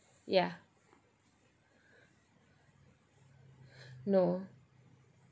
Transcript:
yeah no